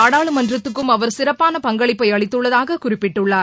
நாடாளுமன்றத்துக்கும் அவர் சிற்பான பங்களிப்பை அளித்துள்ளதாக குறிப்பிட்டுள்ளார்